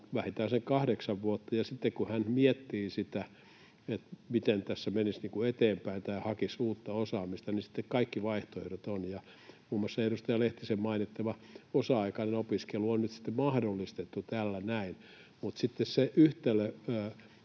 vähintään sen kahdeksan vuotta. Ja sitten, kun hän miettii sitä, miten tässä menisi eteenpäin tai hakisi uutta osaamista, niin sitten on kaikki vaihtoehdot. Muun muassa edustaja Lehtisen mainitsema osa-aikainen opiskelu on nyt mahdollistettu tällä näin. Mutta sitten siinä